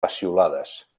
peciolades